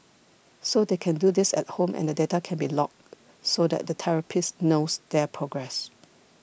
so they can do this at home and the data can be logged so that the therapist knows their progress